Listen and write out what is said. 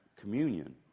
communion